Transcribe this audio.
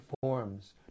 forms